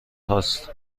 خواست